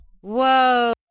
Whoa